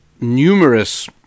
numerous